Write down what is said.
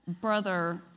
Brother